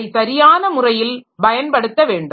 அதை சரியான முறையில் பயன்படுத்த வேண்டும்